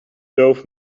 doven